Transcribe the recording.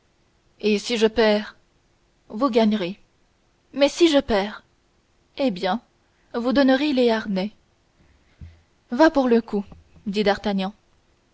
et si je perds vous gagnerez mais si je perds eh bien vous donnerez les harnais va pour un coup dit